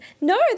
no